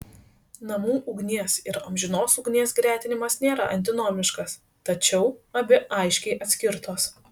namų ugnies ir amžinos ugnies gretinimas nėra antinomiškas tačiau abi aiškiai atskirtos